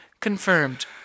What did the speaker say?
confirmed